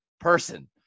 person